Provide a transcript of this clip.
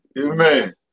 Amen